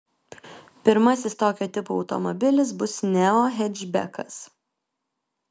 pirmasis tokio tipo automobilis bus neo hečbekas